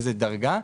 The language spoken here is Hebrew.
איזו דרגה,